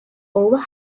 over